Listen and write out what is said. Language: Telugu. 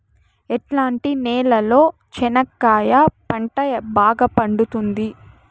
ఎట్లాంటి నేలలో చెనక్కాయ పంట బాగా పండుతుంది?